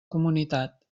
comunitat